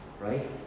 Right